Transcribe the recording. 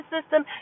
system